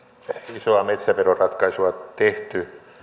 isoa metsäveroratkaisua tehty